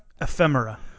Ephemera